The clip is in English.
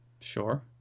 sure